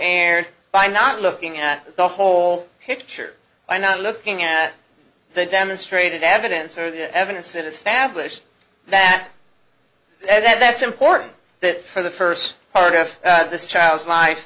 erred by not looking at the whole picture by not looking at the demonstrated evidence or the evidence it established that that's important that for the first part of this child's life